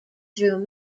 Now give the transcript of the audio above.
through